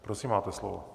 Prosím, máte slovo.